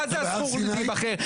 מה זה הזכות להיבחר.